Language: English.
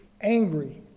angry